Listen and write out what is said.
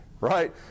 right